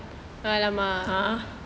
!alamak! !huh!